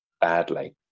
badly